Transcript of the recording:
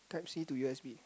type C to U_S_B